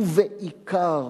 ובעיקר,